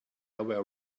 were